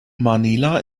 manila